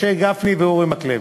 משה גפני ואורי מקלב.